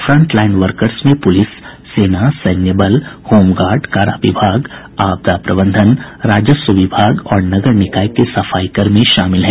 front line workers में police सेना सैन्य बल होमगार्ड कारा विभाग आपदा प्रबंधन राजस्व विभाग और नगर निकाय के सफाई कर्मी शामिल हैं